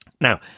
Now